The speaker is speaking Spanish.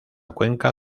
cuenca